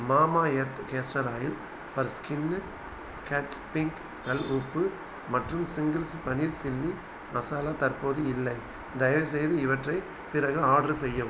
மாமா earth castor oil for skin catch pink கல் உப்பு மற்றும் சிங்கிள்ஸ் பனீர் சில்லி மசாலா தற்போது இல்லை தயவுசெய்து இவற்றை பிறகு ஆட்ரு செய்யவும்